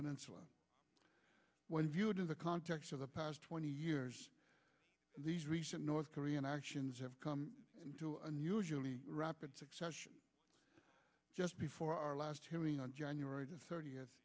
peninsula when viewed in the context of the past twenty years these recent north korean actions have come into unusually rapid succession just before our last hearing on january th